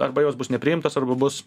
arba jos bus nepriimtos arba bus